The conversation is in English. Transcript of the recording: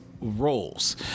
roles